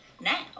Now